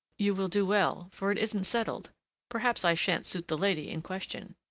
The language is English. you will do well, for it isn't settled perhaps i shan't suit the lady in question.